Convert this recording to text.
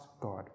God